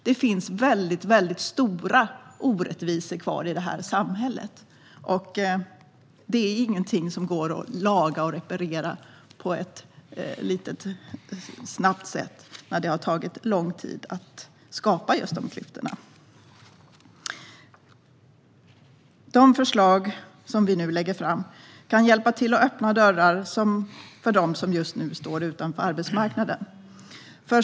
Det finns väldigt stora orättvisor kvar i samhället, och det är inget som går att snabbt reparera; det har tagit lång tid att skapa klyftorna. De förslag vi nu lägger fram kan hjälpa till att öppna dörrar för dem som står utanför arbetsmarknaden.